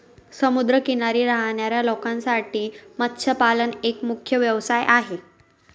समुद्र किनारी राहणाऱ्या लोकांसाठी मत्स्यपालन एक मुख्य व्यवसाय आहे